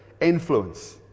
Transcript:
influence